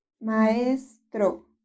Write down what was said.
maestro